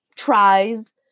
tries